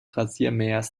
rasenmähers